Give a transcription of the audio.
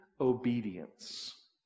obedience